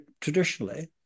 traditionally